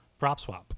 PropSwap